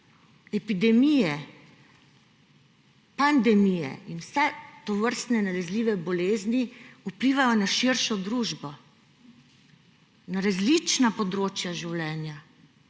Epidemije, pandemije in vse tovrstne nalezljive bolezni vplivajo na širšo družbo, na različna področja življenja